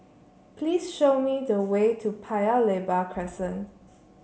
please show me the way to Paya Lebar Crescent